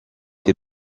fait